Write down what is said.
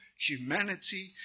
humanity